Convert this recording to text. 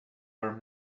are